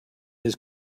his